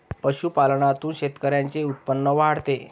पशुपालनातून शेतकऱ्यांचे उत्पन्न वाढते